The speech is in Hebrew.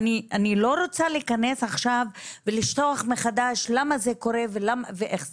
אני לא רוצה להיכנס עכשיו ולשטוח מחדש למה זה קורה ואיך זה.